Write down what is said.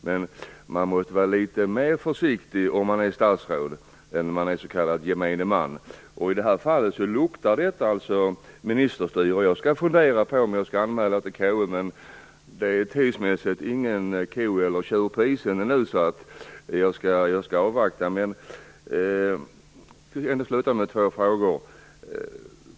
Men man måste vara litet mer försiktig om man statsråd än om man är s.k. gemene man. I det här fallet luktar det ministerstyre. Jag skall fundera på om jag skall anmäla det till KU. Men tidsmässigt är det ingen ko, eller tjur, på isen ännu. Därför avvaktar jag. Låt mig sluta med att ställa några frågor.